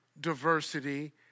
diversity